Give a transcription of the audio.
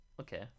Okay